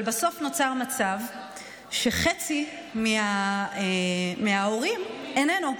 אבל בסוף נוצר מצב שחצי מההורים אינם,